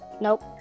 Nope